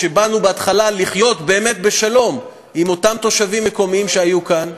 כשבאנו בהתחלה לחיות באמת בשלום עם אותם תושבים מקומיים שהיו כאן,